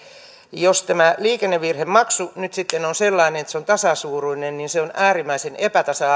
jos tämä liikennevirhemaksu nyt sitten on sellainen että se on tasasuuruinen niin se on äärimmäisen epätasa